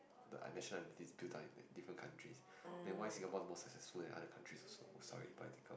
the national entities that build up in different countries then why Singapore is more successful than other countries also oh sorry political